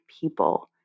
people